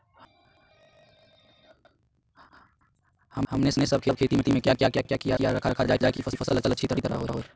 हमने सब खेती में क्या क्या किया रखा जाए की फसल अच्छी तरह होई?